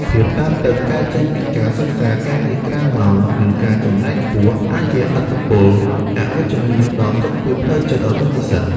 ភាពតានតឹងកើតចេញពីការសិក្សា ការងារក្រៅម៉ោង និងការចំណាយខ្ពស់ អាចជះឥទ្ធិពលអវិជ្ជមានដល់សុខភាពផ្លូវចិត្តរបស់និស្សិត។